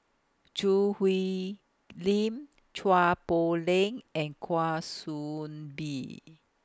Choo Hwee Lim Chua Poh Leng and Kwa Soon Bee